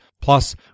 Plus